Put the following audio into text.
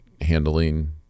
handling